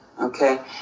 okay